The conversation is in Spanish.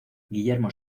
guillermo